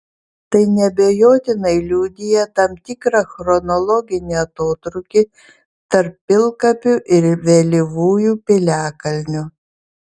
tai neabejotinai liudija tam tikrą chronologinį atotrūkį tarp pilkapių ir vėlyvųjų piliakalnių